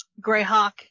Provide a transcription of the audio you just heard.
Greyhawk